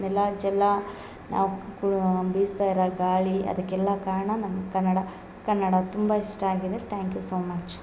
ನೆಲ ಜಲ ನಾವು ಕೂ ಬೀಸ್ತಾ ಇರೋ ಗಾಳಿ ಅದಕ್ಕೆಲ್ಲ ಕಾರಣ ನಮ್ಮ ಕನ್ನಡ ಕನ್ನಡ ತುಂಬ ಇಷ್ಟ ಆಗಿದೆ ಟ್ಯಾಂಕ್ ಯು ಸೋ ಮಚ್